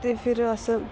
ते फिर अस